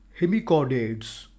Hemichordates